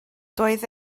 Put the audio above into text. doedd